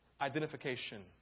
Identification